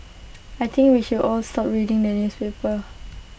I think we should all stop reading the newspaper